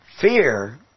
fear